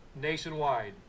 nationwide